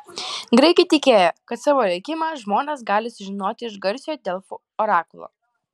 graikai tikėjo kad savo likimą žmonės gali sužinoti iš garsiojo delfų orakulo